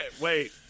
wait